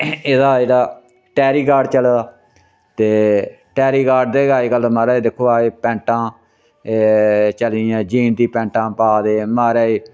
एह्दा जेह्ड़ा टैरीकाट चले दा ते टैरीकाट दे गै अज्जकल महाराज दिक्खो अज्ज पैंटां एह् चली दियां जीन दियां पैंटां पा दे महाराज